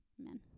amen